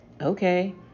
okay